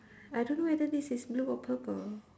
I don't know whether this is blue or purple